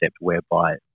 whereby